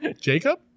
Jacob